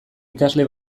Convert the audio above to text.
ikasle